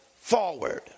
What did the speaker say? forward